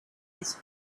his